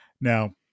Now